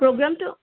প্ৰ'গ্ৰামটো